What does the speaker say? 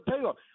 payoff